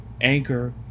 Anchor